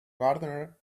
gardener